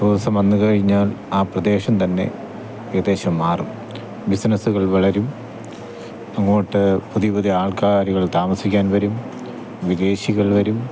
tourism വന്നുകഴിഞ്ഞാൽ ആ പ്രദേശംതന്നെ ഏകദേശം മാറും ബിസിനസ്സുകൾ വളരും അങ്ങോട്ട് പുതിയപുതിയ ആൾക്കാരുകൾ താമസിക്കാൻ വരും വിദേശികൾ വരും